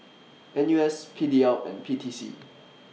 N U S P D L and P T C